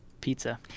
Pizza